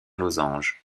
losange